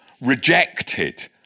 rejected